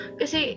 kasi